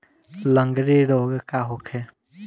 लगंड़ी रोग का होखे?